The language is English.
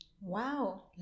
Wow